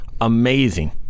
amazing